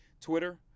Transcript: Twitter